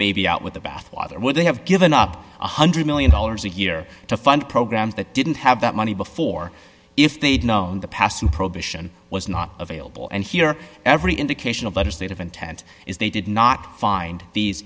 baby out with the bathwater where they have given up one hundred million dollars a year to fund programs that didn't have that money before if they'd known the passing prohibition was not available and here every indication of legislative intent is they did not find these